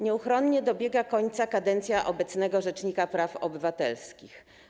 Nieuchronnie dobiega końca kadencja obecnego rzecznika praw obywatelskich.